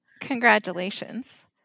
Congratulations